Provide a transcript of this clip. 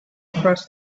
across